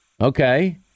okay